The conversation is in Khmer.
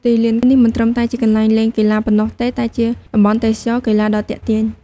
ទីលាននេះមិនត្រឹមតែជាកន្លែងលេងកីឡាប៉ុណ្ណោះទេ តែជាតំបន់ទេសចរណ៍កីឡាដ៏ទាក់ទាញ។